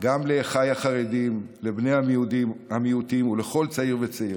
גם לאחיי החרדים, לבני המיעוטים ולכל צעיר וצעירה.